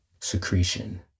secretion